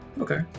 Okay